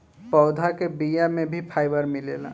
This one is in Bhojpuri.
पौधा के बिया में भी फाइबर मिलेला